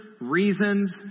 reasons